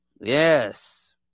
Yes